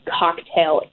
cocktail